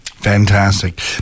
Fantastic